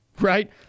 Right